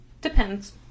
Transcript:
Depends